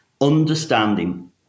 understanding